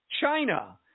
China